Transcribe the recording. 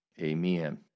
amen